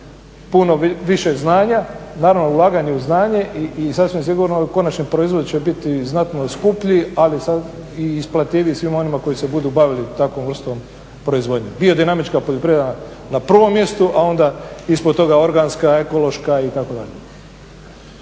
puno više znanja, naravno ulaganje u znanje i sasvim sigurno konačni proizvod će biti znatno skuplji, ali i isplativiji svima onima koji se budu bavili takvom vrstom proizvodnje. Biodinamička poljoprivreda na prvom mjestu, a onda ispod toga organska, ekološka itd.